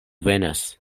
venas